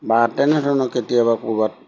বা তেনেধৰণৰ কেতিয়াবা ক'ৰবাত